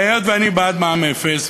והיות שאני בעד מע"מ אפס,